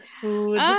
food